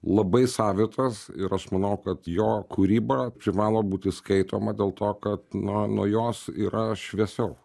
labai savitas ir aš manau kad jo kūryba privalo būti skaitoma dėl to kad na nuo jos yra šviesiau